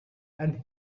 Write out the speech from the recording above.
and